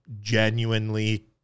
genuinely